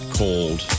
cold